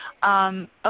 Okay